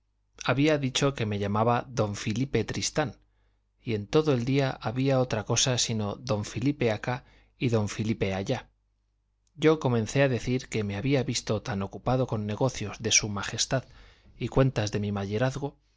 había dicho que me llamaba don filipe tristán y en todo el día había otra cosa sino don filipe acá y don filipe allá yo comencé a decir que me había visto tan ocupado con negocios de su majestad y cuentas de mi mayorazgo